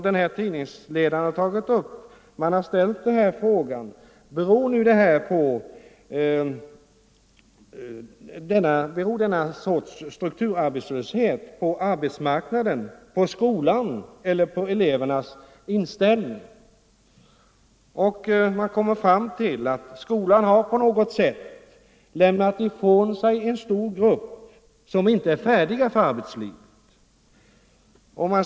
I tidningsledaren ställs därför frågan: ”Beror nu denna sorts strukturarbetslöshet på arbetsmarknaden, på skolan eller på elevernas inställning?” Och man kommer fram till att skolan ”har på något sätt lämnat ifrån sig en stor grupp elever, som inte är färdiga för arbetslivet.